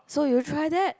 so you try that